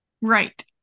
Right